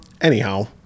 Anyhow